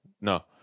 no